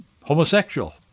homosexual